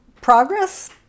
progress